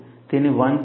તેને 1